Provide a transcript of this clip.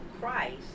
Christ